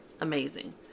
amazing